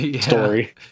story